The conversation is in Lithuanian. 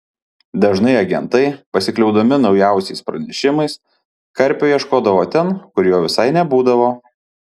dažnai agentai pasikliaudami naujausiais pranešimais karpio ieškodavo ten kur jo visai nebūdavo